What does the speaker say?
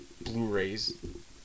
Blu-rays